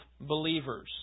believers